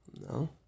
No